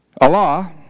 Allah